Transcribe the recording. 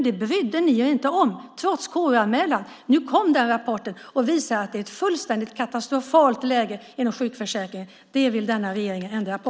Det brydde ni er inte om trots KU-anmälan. Nu kom den rapporten, och den visar att läget är fullständigt katastrofalt inom sjukförsäkringen. Det vill den här regeringen ändra på.